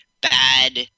bad